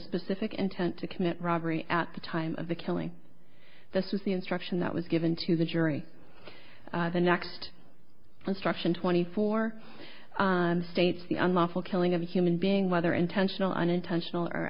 specific intent to commit robbery at the time of the killing this is the instruction that was given to the jury the next instruction twenty four states the unlawful killing of a human being whether intentional or unintentional or